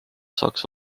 saaks